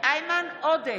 איימן עודה,